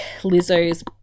lizzo's